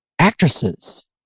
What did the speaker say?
actresses